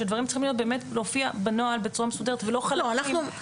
שדברים צריכים באמת להופיע בנוהל בצורה מסודרת ולא חלקים.